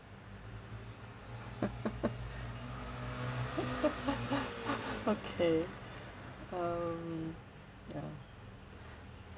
okay um ya